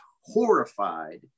horrified